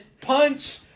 punch